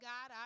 God